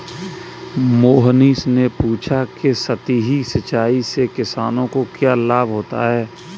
मोहनीश ने पूछा कि सतही सिंचाई से किसानों को क्या लाभ होता है?